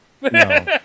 No